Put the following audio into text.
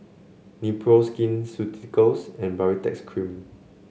Nepro Skin Ceuticals and Baritex Cream